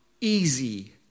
easy